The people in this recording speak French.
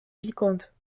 vicomte